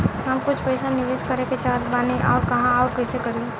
हम कुछ पइसा निवेश करे के चाहत बानी और कहाँअउर कइसे करी?